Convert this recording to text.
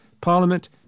Parliament